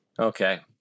Okay